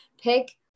pick